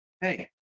hey